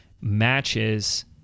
matches